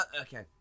Okay